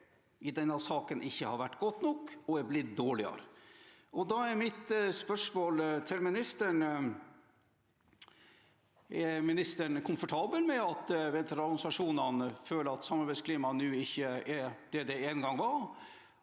i denne saken ikke har vært godt nok og er blitt dårligere. Da er mitt spørsmål til ministeren: Er han komfortabel med at veteranorganisasjonene føler at samarbeidsklimaet nå ikke er det det en gang var,